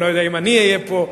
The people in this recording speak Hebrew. אני לא יודע אם אני אהיה פה,